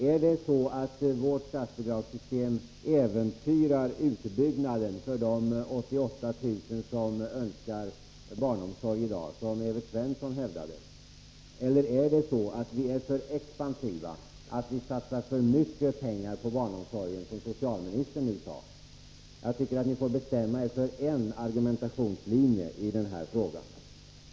Äventyrar vårt statsbidragssystem utbyggnaden för de 88 000 barn som önskar barnomsorg, vilket Evert Svensson hävdade? Eller är vi för expansiva och satsar för mycket på barnomsorgen, som socialministern nu sade? Jag tycker att ni får bestämma er för en bestämd argumentationslinje i den här frågan.